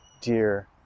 dear